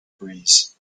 breeze